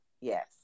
Yes